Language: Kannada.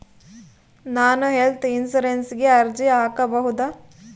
ನಾನು ಹೆಲ್ತ್ ಇನ್ಶೂರೆನ್ಸಿಗೆ ಅರ್ಜಿ ಹಾಕಬಹುದಾ?